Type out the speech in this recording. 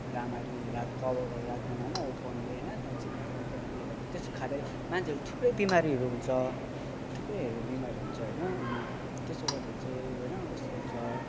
राम्ररी राख कभर गरेर राख्दैन होइन ओपनली होइन त्यहाँ झिँगाहरू एकदम त्यस्तो खाँदै मान्छेहरू थुप्रै बिमारीहरू हुन्छ थुप्रैहरू बिमारी हुन्छ होइन अनि त्यस्तो गर्दाखेरि चाहिँ होइन यस्तो हुन्छ